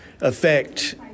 affect